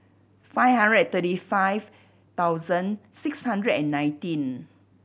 five hundred and thirty five thousand six hundred and nineteen